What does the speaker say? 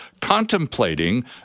contemplating